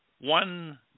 one